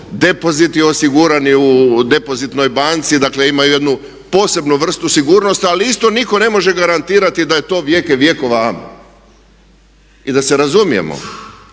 depoziti osigurani u depozitnoj banci, dakle imaju jednu posebnu vrstu sigurnosti ali isto nitko ne može garantirati da je to vijeke vjekova Amen. I da se razumijemo